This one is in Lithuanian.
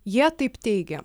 jie taip teigia